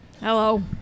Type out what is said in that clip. Hello